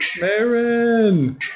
Marin